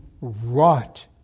wrought